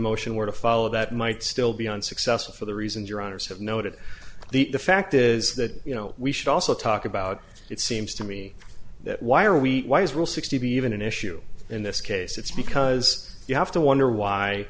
motion were to follow that might still be unsuccessful for the reasons your honour's have noted the fact is that you know we should also talk about it seems to me that why are we why is rule sixty b even an issue in this case it's because you have to wonder why